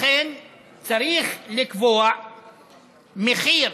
לכן צריך לקבוע מחיר